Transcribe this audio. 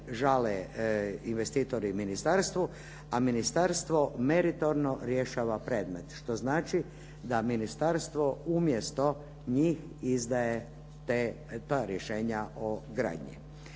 žale investitori ministarstvu a ministarstvo meritorno rješava predmet što znači da ministarstvo umjesto njih izdaje ta rješenja o gradnji.